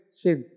sin